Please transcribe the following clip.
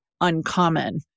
uncommon